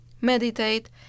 meditate